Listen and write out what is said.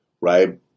right